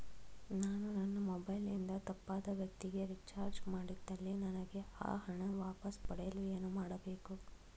ನಾನು ನನ್ನ ಮೊಬೈಲ್ ಇಂದ ತಪ್ಪಾದ ವ್ಯಕ್ತಿಗೆ ರಿಚಾರ್ಜ್ ಮಾಡಿದಲ್ಲಿ ನನಗೆ ಆ ಹಣ ವಾಪಸ್ ಪಡೆಯಲು ಏನು ಮಾಡಬೇಕು?